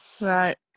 Right